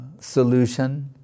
solution